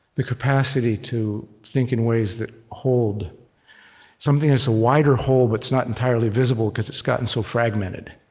the capacity to think in ways that hold something that's a wider whole but is not entirely visible, because it's gotten so fragmented?